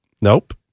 Nope